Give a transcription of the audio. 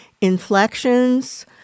inflections